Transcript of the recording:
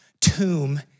tomb